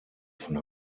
von